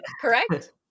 correct